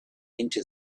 into